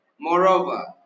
Moreover